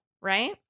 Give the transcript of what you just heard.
right